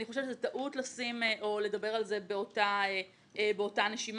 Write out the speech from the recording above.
אני חושבת שזו טעות לשים או לדבר על זה באותה נשימה.